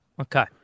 Okay